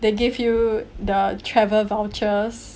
they give you the travel vouchers